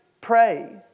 Pray